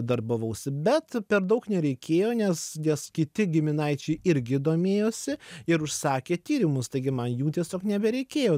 darbavausi bet per daug nereikėjo nes nes kiti giminaičiai irgi domėjosi ir užsakė tyrimus taigi man jų tiesiog nebereikėjo